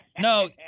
no